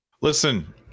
Listen